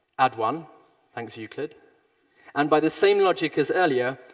add one thanks, euclid! and by the same logic as earlier,